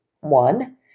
one